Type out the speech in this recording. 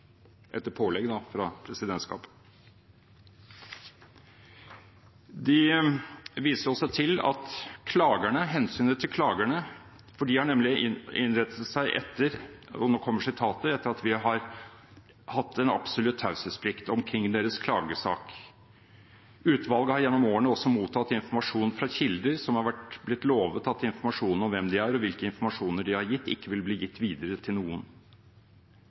etter pålegg fra presidentskapet. De viser også til hensynet til klagerne, for de har nemlig innrettet seg – som de sier – etter at vi har hatt en absolutt taushetsplikt omkring deres klagesak. Utvalget har gjennom årene også mottatt informasjon fra kilder som har blitt lovet at informasjon om hvem de er, og hvilken informasjon de har gitt, ikke vil bli gitt videre til noen.